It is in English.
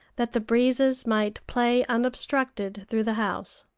that the breezes might play unobstructed through the house.